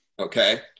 Okay